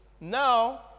Now